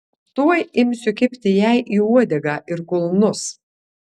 tuoj imsiu kibti jai į uodegą ir kulnus